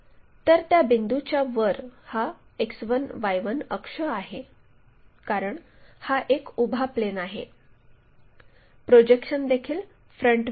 तर त्या बिंदूच्या वर हा X1Y1 अक्ष आहे कारण हा एक उभा प्लेन आहे प्रोजेक्शन देखील फ्रंट व्ह्यू आहे